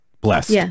blessed